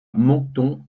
moncton